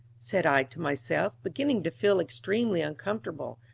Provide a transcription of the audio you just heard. said i to myself, beginning to feel extremely uncomfortable.